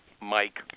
Mike